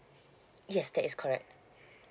yes that is correct